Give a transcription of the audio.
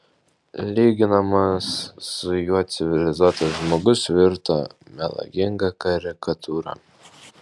lyginamas su juo civilizuotas žmogus virto melaginga karikatūra